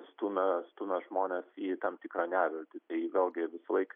stumia stumia žmones į tam tikrą neviltį tai vėlgi visą laiką